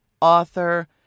author